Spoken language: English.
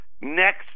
next